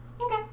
Okay